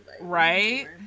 Right